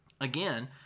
Again